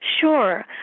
Sure